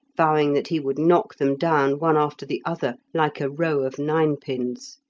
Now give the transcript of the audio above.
vowing that he would knock them down, one after the other, like a row of ninepins.